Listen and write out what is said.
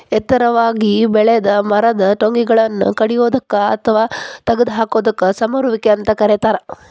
ಎತ್ತರಾಗಿ ಬೆಳೆದ ಮರದ ಟೊಂಗಿಗಳನ್ನ ಕಡಿಯೋದಕ್ಕ ಅತ್ವಾ ತಗದ ಹಾಕೋದಕ್ಕ ಸಮರುವಿಕೆ ಅಂತ ಕರೇತಾರ